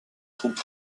troupes